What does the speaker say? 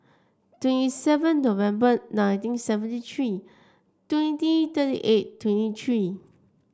twenty seven November nineteen seventy three twenty thirty eight twenty three